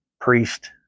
priest